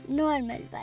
normal